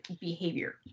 behavior